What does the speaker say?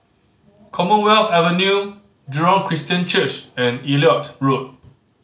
Commonwealth Avenue Jurong Christian Church and Elliot Road